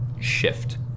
shift